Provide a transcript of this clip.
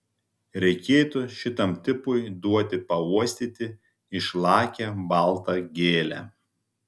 reikėtų šitam tipui duoti pauostyti išlakią baltą gėlę